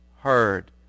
heard